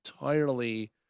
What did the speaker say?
entirely